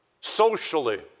socially